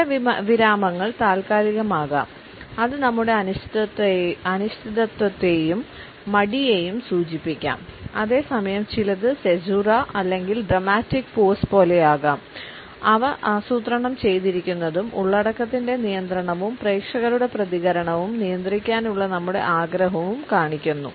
ചില വിരാമങ്ങൾ താൽക്കാലികമാകാം അത് നമ്മുടെ അനിശ്ചിതത്വത്തെയും മടിയെയും സൂചിപ്പിക്കാം അതേസമയം ചിലത് സിസുര അല്ലെങ്കിൽ ഡ്രമാറ്റിക് പോസ് പോലെയാകാം അവ ആസൂത്രണം ചെയ്തിരിക്കുന്നതും ഉള്ളടക്കത്തിന്റെ നിയന്ത്രണവും പ്രേക്ഷകരുടെ പ്രതികരണവും നിയന്ത്രിക്കാനുള്ള നമ്മുടെ ആഗ്രഹവും കാണിക്കുന്നു